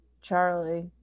Charlie